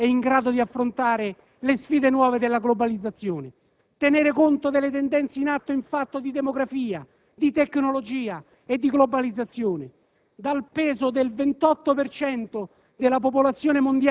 solo se l'Europa saprà essere più competitiva e in grado di affrontare le sfide nuove della globalizzazione. Occorre tenere conto delle tendenze in atto in fatto di demografia, di tecnologia e di globalizzazione.